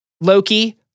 loki